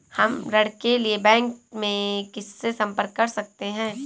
हम ऋण के लिए बैंक में किससे संपर्क कर सकते हैं?